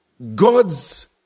God's